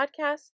podcasts